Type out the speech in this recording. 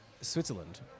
switzerland